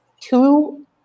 two